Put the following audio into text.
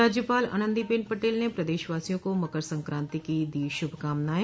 राज्यपाल आनन्दीबेन पटेल ने प्रदेशवासियों को मंकर संक्रांति की दी श्रभ कामनाएं